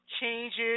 changes